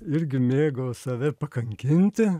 irgi mėgo save pakankinti